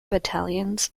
battalions